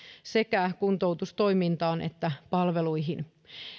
sekä kuntoutustoimintaan että palveluihin